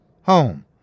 home